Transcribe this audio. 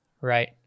Right